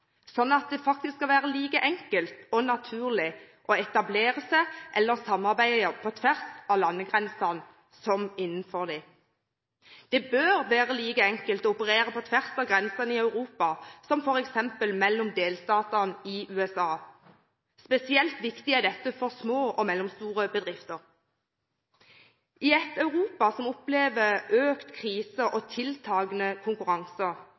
sånn at det faktisk skal være like enkelt og naturlig å etablere seg eller samarbeide på tvers av landegrensene, som innenfor dem. Det bør være like enkelt å operere på tvers av grensene i Europa som f.eks. mellom delstatene i USA. Spesielt viktig er dette for små og mellomstore bedrifter. I et Europa som opplever økt krise og tiltakende konkurranse,